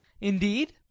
INDEED